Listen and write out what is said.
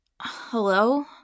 Hello